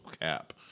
cap